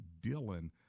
Dylan